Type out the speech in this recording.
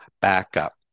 backup